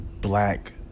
black